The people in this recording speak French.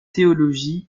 théologie